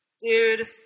Dude